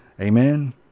amen